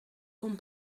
kon